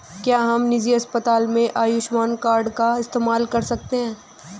क्या हम निजी अस्पताल में आयुष्मान कार्ड का इस्तेमाल कर सकते हैं?